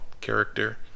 character